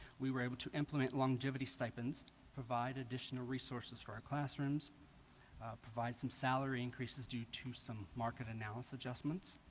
we were able to implement longevity stipends provide additional resources for our classrooms provide some salary increases due to some market analysis adjustments